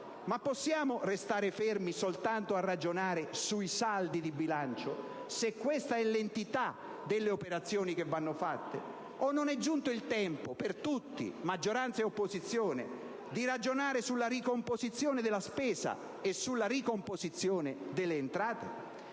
Ma possiamo noi restare fermi a ragionare soltanto sui saldi di bilancio, se questa è l'entità delle operazioni che vanno fatte? Non è invece giunto il tempo per tutti, maggioranza e opposizione, di ragionare sulla ricomposizione della spesa e sulla ricomposizione delle entrate?